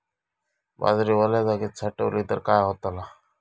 बाजरी वल्या जागेत साठवली तर काय होताला?